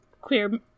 queer